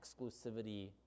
exclusivity